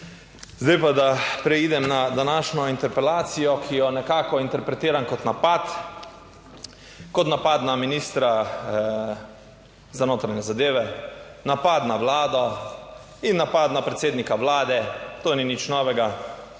Zdaj pa, da preidem na današnjo interpelacijo, ki jo nekako interpretiram kot napad, kot napad na ministra za notranje zadeve, napad na Vlado in napad na predsednika Vlade. To ni nič novega.